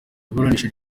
iburanisha